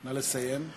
נא לסיים.